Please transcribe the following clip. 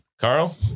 Carl